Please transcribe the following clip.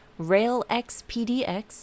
RailXPDX